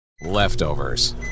Leftovers